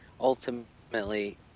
Ultimately